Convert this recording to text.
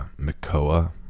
Makoa